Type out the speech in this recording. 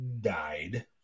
died